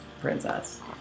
princess